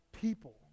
people